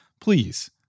Please